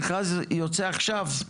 המכרז יוצא עכשיו,